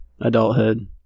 adulthood